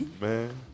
Man